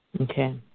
Okay